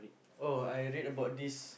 oh I read about this